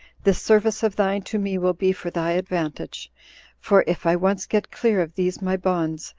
this service of thine to me will be for thy advantage for if i once get clear of these my bonds,